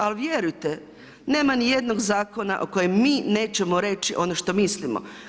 Ali vjerujte nema ni jednog zakona o kojem mi nećemo reći ono što mislimo.